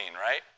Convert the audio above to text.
right